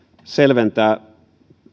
selventää